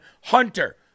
Hunter